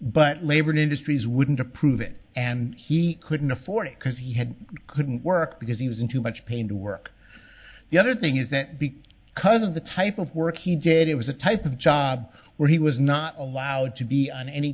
but labor in industries wouldn't approve it and he couldn't afford it because he had couldn't work because he was in too much pain to work the other thing isn't big cuz of the type of work he did it was a type of job where he was not allowed to be on any